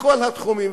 בכל התחומים,